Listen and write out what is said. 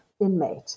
inmate